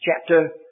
chapter